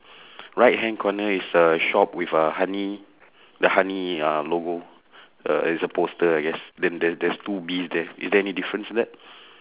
right hand corner is a shop with a honey the honey uh logo uh there's a poster I guess then there's there's two bees there is there any difference in that